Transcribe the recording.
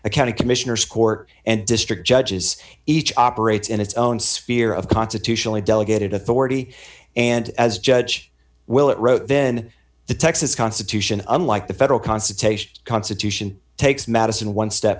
a county commissioners court and district judges each operates in its own sphere of constitutionally delegated authority and as judge will it wrote then the texas constitution unlike the federal constitution constitution takes madison one step